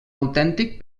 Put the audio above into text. autèntic